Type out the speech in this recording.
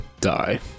Die